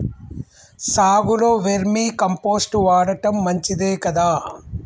సాగులో vermicompost వాడటం మంచిదే కదా?